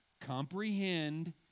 comprehend